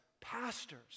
pastors